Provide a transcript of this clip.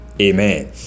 amen